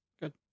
Good